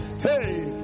Hey